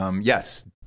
Yes